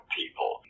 people